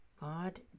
God